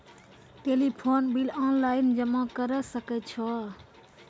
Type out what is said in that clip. Telephone bill online जमा करै सकै छौ?